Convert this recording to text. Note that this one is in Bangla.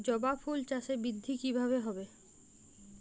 জবা ফুল চাষে বৃদ্ধি কিভাবে হবে?